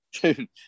Dude